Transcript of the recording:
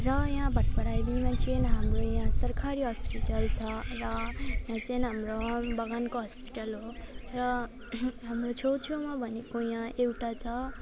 यहाँ भातपाडा मा चाहिँ हाम्रो यहाँ सरकारी हस्पिटल हो र यहाँ चाहिँ हाम्रो बगानको हस्पिटल हो र हाम्रो छेउछेउमा भनेको यहाँ एउटा छ